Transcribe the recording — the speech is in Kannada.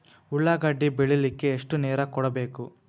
ಉಳ್ಳಾಗಡ್ಡಿ ಬೆಳಿಲಿಕ್ಕೆ ಎಷ್ಟು ನೇರ ಕೊಡಬೇಕು?